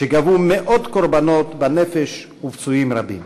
שגבו מאות קורבנות בנפש ופצועים רבים.